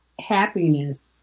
happiness